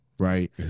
Right